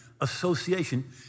association